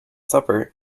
supper